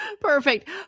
Perfect